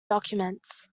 documents